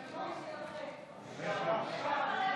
(קוראת בשמות חברי הכנסת) פנינה תמנו,